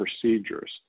procedures